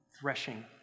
Threshing